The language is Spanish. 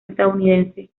estadounidense